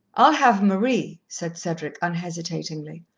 i'll have marie, said cedric unhesitatingly,